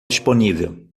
disponível